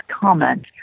comment